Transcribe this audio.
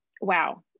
wow